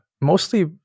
Mostly